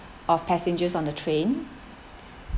of passengers on the train